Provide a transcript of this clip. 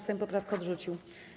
Sejm poprawkę odrzucił.